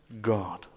God